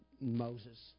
Moses